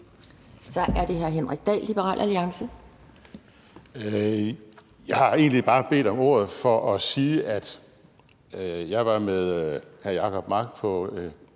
Så er det hr. Henrik Dahl, Liberal Alliance. Kl. 10:36 Henrik Dahl (LA): Jeg har egentlig bare bedt om ordet for at sige, at jeg var med hr. Jacob Mark på